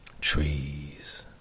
trees